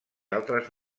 altres